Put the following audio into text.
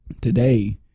Today